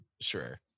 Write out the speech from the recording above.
Sure